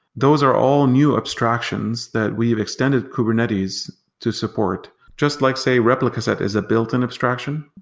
those are all new abstractions that we've extended kubernetes to support. just like say replica set is a built-in abstraction.